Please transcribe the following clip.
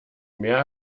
mehr